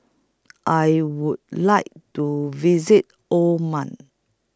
I Would like to visit Oman